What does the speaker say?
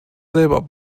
selber